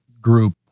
group